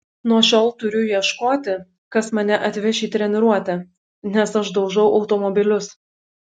nuo šiol turiu ieškoti kas mane atveš į treniruotę nes aš daužau automobilius